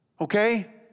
okay